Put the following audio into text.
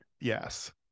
Yes